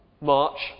March